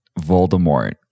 Voldemort